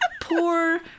Poor